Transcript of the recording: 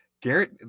Garrett